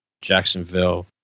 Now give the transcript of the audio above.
Jacksonville